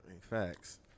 facts